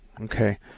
Okay